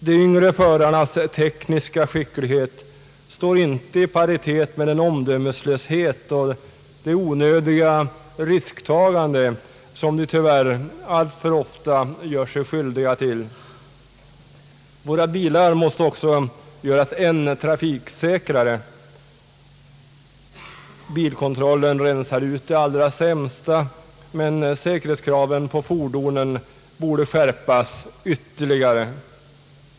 De yngre förarnas tekniska skicklighet står inte i paritet med den omdömeslöshet och det onödiga risktagande som de tyvärr alltför ofta gör sig skyldiga till. Våra bilar måste också göras än trafiksäkrare. Bilkontrollen rensar ut de allra sämsta, men sä Statsverkspropositionen m.m. kerhetskraven på fordonen borde skärpas ytterligare.